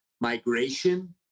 migration